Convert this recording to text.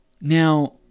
Now